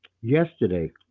Yesterday